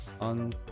on